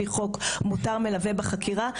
לפי החוק מותר מלווה בחקירה,